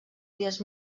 dies